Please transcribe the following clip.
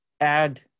add